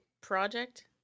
project